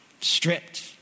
stripped